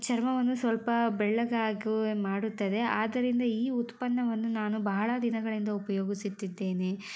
ಚರ್ಮವನ್ನು ಸ್ವಲ್ಪ ಬೆಳ್ಳಗಾಗುವ ಮಾಡುತ್ತದೆ ಆದ್ದರಿಂದ ಈ ಉತ್ಪನ್ನವನ್ನು ನಾನು ಬಹಳ ದಿನಗಳಿಂದ ಉಪಯೋಗಿಸುತ್ತಿದ್ದೇನೆ